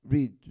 Read